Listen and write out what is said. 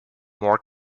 more